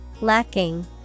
Lacking